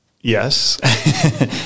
Yes